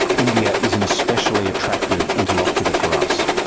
india is an especially attractive interlocutor for us.